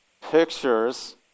Pictures